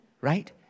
right